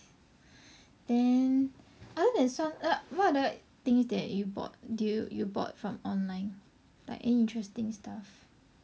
then other then 酸辣粉 what other things that you bought do you you bought from online like any interesting stuff